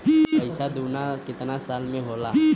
पैसा दूना कितना साल मे होला?